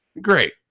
great